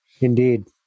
Indeed